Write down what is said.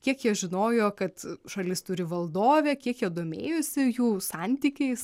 kiek jie žinojo kad šalis turi valdovę kiek jie domėjosi jų santykiais